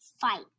fight